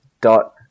dot